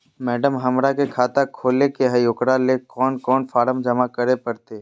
Madam, हमरा के खाता खोले के है उकरा ले कौन कौन फारम जमा करे परते?